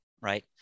right